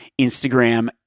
Instagram